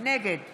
נגד